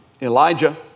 Elijah